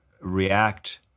react